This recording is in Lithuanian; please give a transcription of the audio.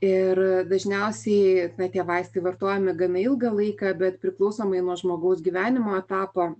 ir dažniausiai na tie vaistai vartojami gana ilgą laiką bet priklausomai nuo žmogaus gyvenimo etapo